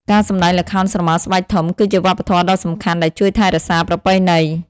ការសម្តែងល្ខោនស្រមោលស្បែកធំ គឺជាវប្បធម៌ដ៏សំខាន់ដែលជួយថែរក្សាប្រពៃណី។